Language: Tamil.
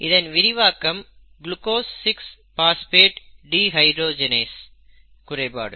இதன் விரிவாக்கம் குளுக்கோஸ் 6 பாஸ்பேட் டிஹைட்ரோஜெனேஸ் குறைபாடு